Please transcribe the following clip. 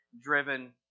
driven